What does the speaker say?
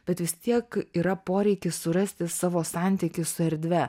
bet vis tiek yra poreikis surasti savo santykį su erdve